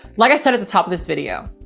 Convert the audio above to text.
like i said, at the top of this video,